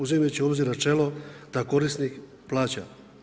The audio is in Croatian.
Uzimajući u obzir načelo da korisnik plaća.